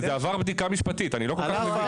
וזה עבר בדיקה משפטית, אני לא כל כך מבין.